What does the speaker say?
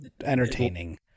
entertaining